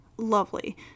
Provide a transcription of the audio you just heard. lovely